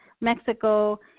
Mexico